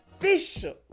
official